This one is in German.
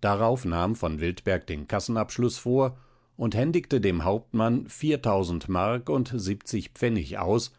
darauf nahm v wiltberg den kassenabschluß vor und händigte dem hauptmann mark und pfennig aus